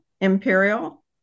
Imperial